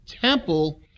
temple